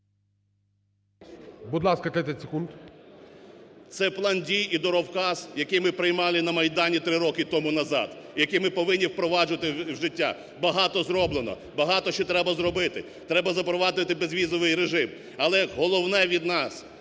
Це план дій і дороговказ, який ми приймали на Майдані три роки тому назад, який ми повинні впроваджувати в життя. Багато зроблено, багато ще треба зробити, треба запровадити безвізовий режим. Але головне від нас